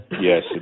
Yes